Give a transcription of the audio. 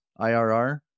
IRR